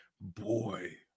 Boy